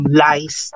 lies